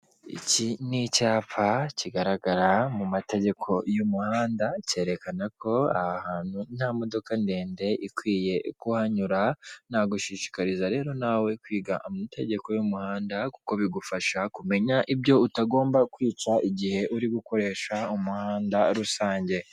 Icyapa kigaragara mu mategeko y'umuhanda, cyerekana ko aha hantu nta modoka ndende ikwiye kuhanyura, nagushishikariza rero nawe kwiga amategeko y'umuhanda, kuko bigufasha kumenya ibyo utagomba kwica, igihe uri gukoresha umuhanda rusange.